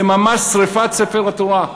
זה ממש שרפת ספר התורה,